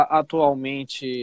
atualmente